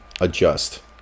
adjust